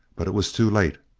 but it was too late.